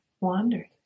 Wandered